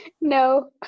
no